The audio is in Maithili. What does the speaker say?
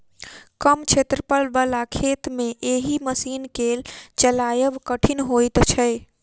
कम क्षेत्रफल बला खेत मे एहि मशीन के चलायब कठिन होइत छै